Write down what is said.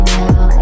now